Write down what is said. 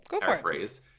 paraphrase